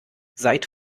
seid